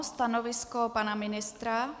Stanovisko pana ministra?